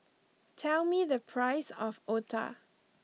tell me the price of Otah